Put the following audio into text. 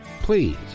Please